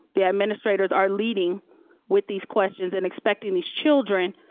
the administrators are leading with these questions and expecting these children